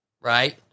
right